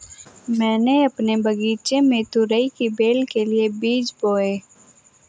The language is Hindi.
मैंने अपने बगीचे में तुरई की बेल के लिए बीज बोए